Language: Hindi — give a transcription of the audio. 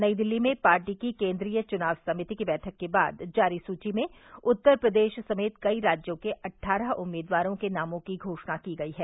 नई दिल्ली में पार्टी की केन्द्रीय चुनाव समिति की बैठक के बाद जारी सुची में उत्तर प्रदेश समेत कई राज्यों के अठठारह उम्मीदवारों के नामों की घोषणा की गयी है